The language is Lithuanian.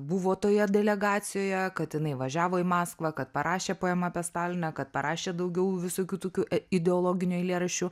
buvo toje delegacijoje kad jinai važiavo į maskvą kad parašė poemą apie staliną kad parašė daugiau visokių tokių ideologinių eilėraščių